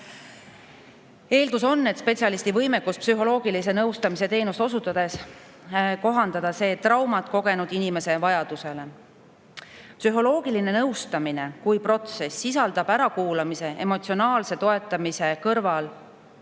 eeldus, et spetsialisti võimekus psühholoogilise nõustamise teenust osutades on kohandada see traumat kogenud inimese vajadusele. Psühholoogiline nõustamine kui protsess sisaldab ärakuulamise, emotsionaalse toetamise kõrval